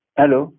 hello